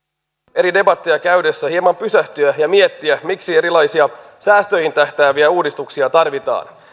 eri debatteja käydessä hieman pysähtyä ja miettiä miksi erilaisia säästöihin tähtääviä uudistuksia tarvitaan